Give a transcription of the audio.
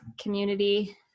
community